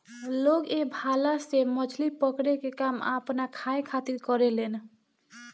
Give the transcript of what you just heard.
लोग ए भाला से मछली पकड़े के काम आपना खाए खातिर करेलेन